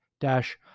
dash